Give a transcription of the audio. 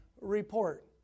report